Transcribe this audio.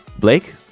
Blake